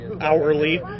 hourly